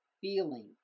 feeling